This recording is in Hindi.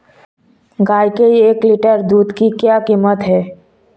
गाय के एक लीटर दूध की क्या कीमत है?